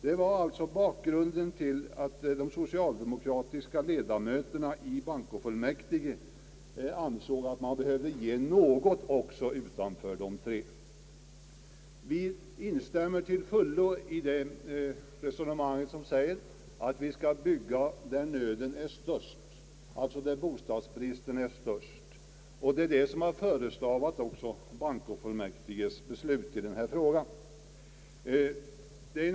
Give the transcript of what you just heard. Detta var bakgrunden till att de socialdemokratiska ledamöterna i bankofullmäktige ansåg att man behövde ge något utanför de tre storstadsområdena. Vi instämmer till fullo i det resonemanget att man skall bygga där bostadsbristen är störst. Detta har förestavat bankofullmäktiges beslut i denna fråga.